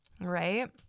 right